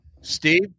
Steve